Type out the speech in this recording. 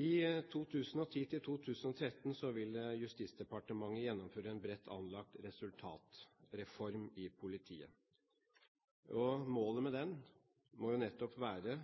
I 2010–2013 vil Justisdepartementet gjennomføre en bredt anlagt resultatreform i politiet. Målet med den må nettopp være